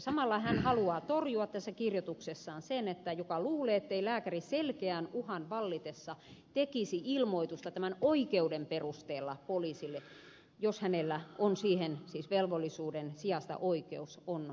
samalla hän haluaa todeta tässä kirjoituksessaan sen että joka luulee ettei lääkäri selkeän uhan vallitessa tekisi ilmoitusta tämän oikeuden perusteella poliisille jos hänellä on siis siihen velvollisuuden sijasta oikeus on väärässä